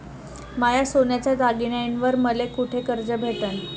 माया सोन्याच्या दागिन्यांइवर मले कुठे कर्ज भेटन?